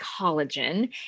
collagen